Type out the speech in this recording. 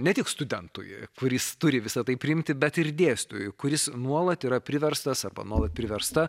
ne tik studentui kuris turi visa tai priimti bet ir dėstytojui kuris nuolat yra priverstas arba nuolat priversta